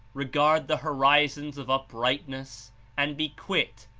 regard the horizons of up rightness and be quit,